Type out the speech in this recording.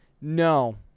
no